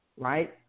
right